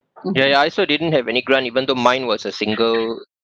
ya ya I also didn't have any grant even though mine was a single